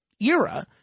era